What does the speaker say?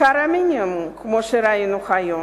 שכר המינימום, כמו שראינו היום.